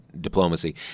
diplomacy